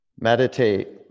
Meditate